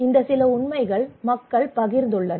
இந்த சில உண்மைகள் மக்கள் பகிர்ந்துள்ளன